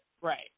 Right